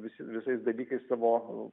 visi visais dalykais savo